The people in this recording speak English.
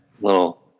little